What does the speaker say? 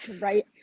right